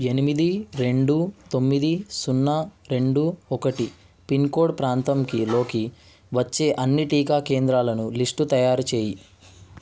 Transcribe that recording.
ఎనిమిది రెండు తొమ్మిది సున్నా రెండు ఒకటి పిన్కోడ్ ప్రాంతంకి లోకి వచ్చే అన్ని టీకా కేంద్రాలను లిస్టు తయారు చేయి